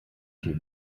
viel